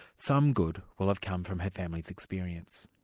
some good will have come from her family's experience.